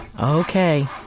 Okay